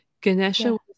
Ganesha